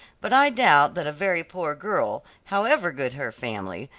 but i doubt that a very poor girl, however good her family,